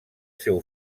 seu